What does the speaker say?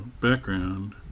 background